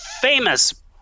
famous